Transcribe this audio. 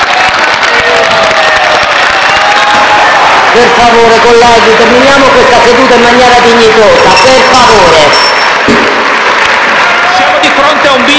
Per favore, colleghi, terminiamo questa seduta in maniera dignitosa.